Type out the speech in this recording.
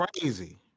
crazy